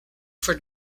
for